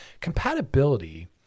compatibility